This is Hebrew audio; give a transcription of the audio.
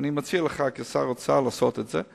אני מציע לך כשר האוצר לעשות את זה.